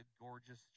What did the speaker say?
gorgeous